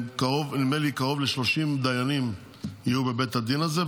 נדמה לי קרוב ל-30 דיינים יהיו בבית הדין הזה,